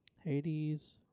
Hades